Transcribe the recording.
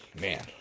Man